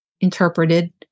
interpreted